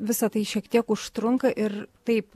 visa tai šiek tiek užtrunka ir taip